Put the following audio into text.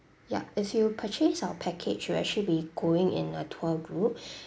yup if you purchase our package you'll actually be going in a tour group